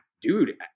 dude